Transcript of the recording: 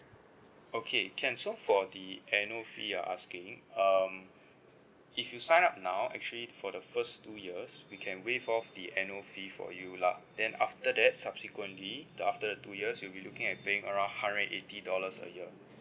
okay can so for the annual fee you are asking um if you sign up now actually for the first two years we can waive off the annual fee for you lah then after that subsequently the after the two years you'll be looking at paying around hundred and eighty dollars a year